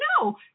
no